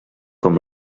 com